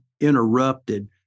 interrupted